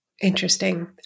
Interesting